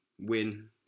win